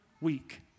week